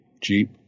Jeep